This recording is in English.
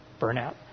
burnout